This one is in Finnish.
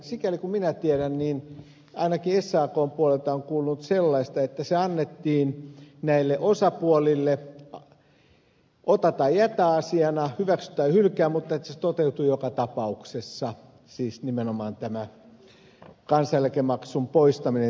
sikäli kuin minä tiedän ainakin sakn puolelta on kuulunut sellaista että se annettiin näille osapuolille ota tai jätä asiana hyväksy tai hylkää mutta että se toteutuu joka tapauksessa siis nimenomaan tämä kansaneläkemaksun poistaminen työnantajilta